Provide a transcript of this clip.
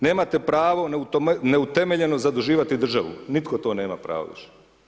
Nemate pravo neutemeljeno zaduživati državu, nitko to nema pravo više.